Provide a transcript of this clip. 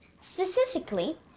Specifically